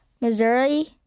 Missouri